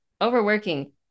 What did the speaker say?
overworking